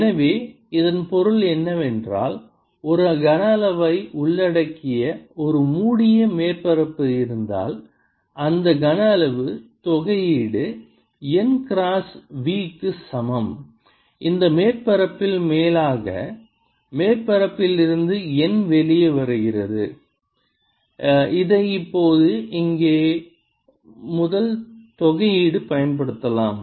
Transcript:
எனவே இதன் பொருள் என்னவென்றால் ஒரு கனஅளவை உள்ளடக்கிய ஒரு மூடிய மேற்பரப்பு இருந்தால் இந்த கனஅளவு தொகையீடு n கிராஸ் v க்கு சமம் இந்த மேற்பரப்பில் மேலாக மேற்பரப்பில் இருந்து n வெளியே வருகிறது இதை இப்போது இங்கே முதல் தொகையீடு பயன்படுத்தலாம்